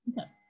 Okay